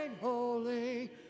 holy